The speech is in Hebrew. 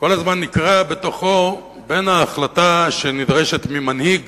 כל הזמן נקרע בתוכו בין ההחלטה שנדרשת ממנהיג